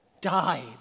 died